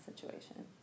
situation